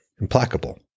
implacable